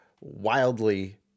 wildly